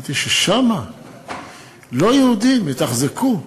אמרתי: ששם לא-יהודים יתחזקו?